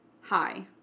Hi